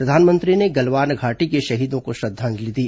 प्रधानमंत्री ने गलवान घाटी के शहीद जवानों को श्रद्दांजलि दी